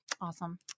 Awesome